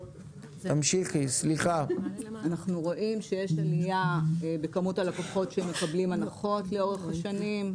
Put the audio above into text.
אנחנו רואים שיש עלייה בכמות הלקוחות שמקבלים הנחות לאורך השנים.